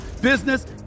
business